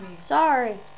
Sorry